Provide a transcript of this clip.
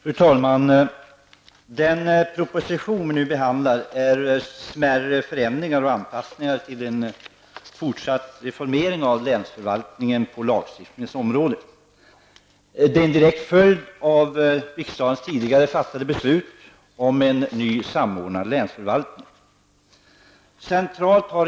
Fru talman! Den proposition som vi nu behandlar innebär smärre förändringar och anpassningar till en fortsatt reformering av länsförvaltningen på lagstiftningens område. Det är en direkt följd av riksdagens tidigare fattade beslut om en ny samordnad länsförvaltning.